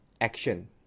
action